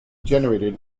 generated